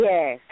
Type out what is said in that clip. Yes